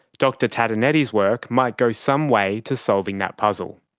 dr tatonetti's work might go some way to solving that puzzle.